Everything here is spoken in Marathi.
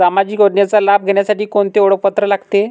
सामाजिक योजनेचा लाभ घेण्यासाठी कोणते ओळखपत्र लागते?